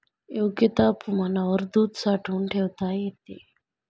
योग्य तापमानावर दूध साठवून ठेवता येते